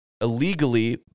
illegally